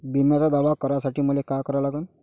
बिम्याचा दावा करा साठी मले का करा लागन?